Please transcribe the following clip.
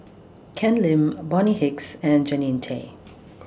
Ken Lim Bonny Hicks and Jannie Tay